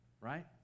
Right